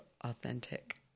authentic